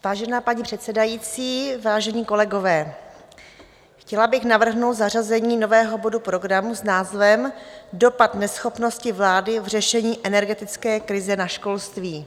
Vážená paní předsedající, vážení kolegové, chtěla bych navrhnout zařazení nového bodu programu s názvem Dopad neschopnosti vlády v řešení energetické krize na školství.